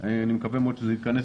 כשמטופל קנאביס,